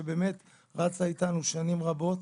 שבאמת רצה איתנו שנים רבות.